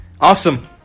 Awesome